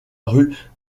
rue